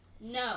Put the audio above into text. No